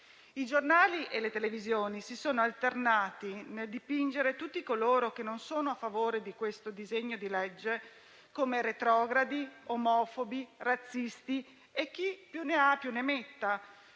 I giornali e le televisioni si sono alternati nel dipingere tutti coloro che non sono a favore di questo disegno di legge come retrogradi, omofobi, razzisti (e chi più ne ha più ne metta),